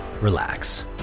relax